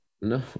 No